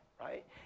right